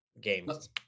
games